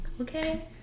Okay